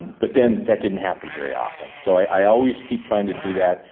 but then that didn't happen very often. so, i always keep trying to do that.